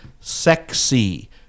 sexy